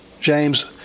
James